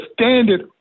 standard